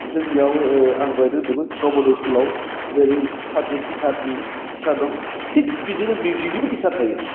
जोंनियाव ओह आं दहायनो होनदोंमोन नभदय स्कुलाव जेरै साबजेट टिसारनि टिसार दं थिक बिदिनो मिउजिकनिबो टिसार थायो